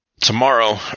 Tomorrow